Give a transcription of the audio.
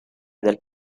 del